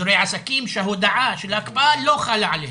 אזורי עסקים שההודעה של ההקפאה לא חלה עליהם.